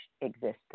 existence